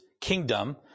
kingdom